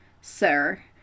sir